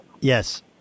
Yes